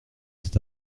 ces